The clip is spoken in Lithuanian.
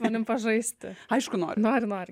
galim pažaisti aišku nori nori nori ge